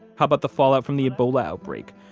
how about the fallout from the ebola outbreak,